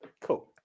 Cool